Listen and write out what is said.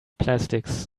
plastics